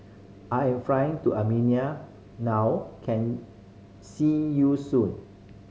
I am flying to Armenia now can see you soon